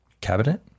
cabinet